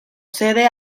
sede